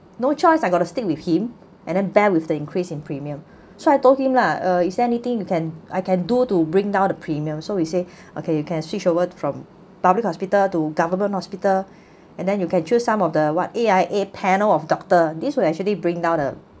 no choice I gotta stick with him and then bear with the increase in premium so I told him lah uh is there anything you can I can do to bring down the premium so he say okay you can switch over from public hospital to government hospital and then you can choose some of the what A_I_A panel of doctor this will actually bring down the